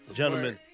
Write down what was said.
gentlemen